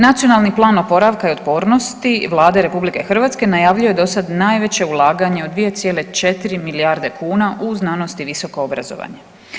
Nacionalni plan oporavka i otpornosti Vlade RH najavljuje do sad najveće ulaganje od 2,4 milijarde kuna u znanosti i visoko obrazovanje.